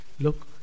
look